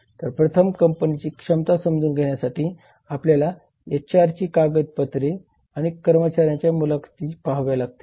तर प्रथम कंपनीची क्षमता समजून घेण्यासाठी आपल्याला एचआरची कागदपत्रे आणि कर्मचाऱ्यांच्या मुलाखती पहाव्या लागतील